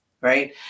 right